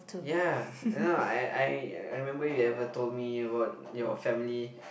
ya you know I I I remember you ever told me about your family